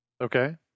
Okay